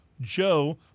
Joe